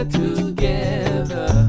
together